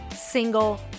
single